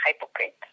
hypocrite